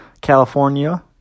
California